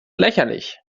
lächerlich